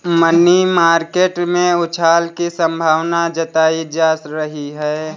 money market में उछाल की संभावना जताई जा रही है